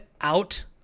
out